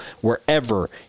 wherever